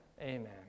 amen